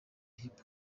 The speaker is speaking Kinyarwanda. hip